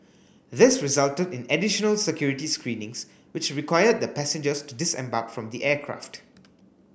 this resulted in additional security screenings which required the passengers to disembark from the aircraft